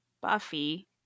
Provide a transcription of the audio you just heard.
Buffy